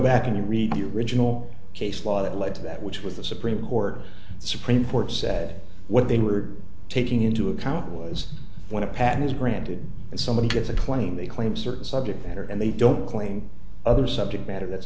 back and read the original case law that led to that which was the supreme court the supreme court said what they were taking into account was when a patent is granted and somebody gives a twenty they claim certain subject matter and they don't claim other subject matter that's